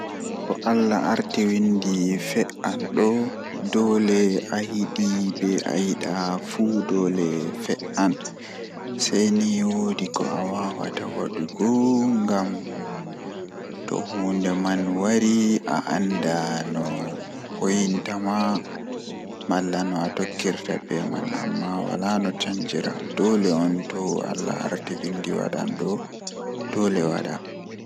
Ko allah arti windi fe'an do doole ko ayidi ko ayida fe'an seini woodi ko awawata wadugo ngam to hunde man wari a anda no hoyintama malla a anda no atokkirta be mai doole on to allah arti windi do doole dum wada.